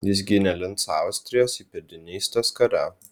jis gynė lincą austrijos įpėdinystės kare